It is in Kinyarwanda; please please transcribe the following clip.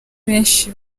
benshi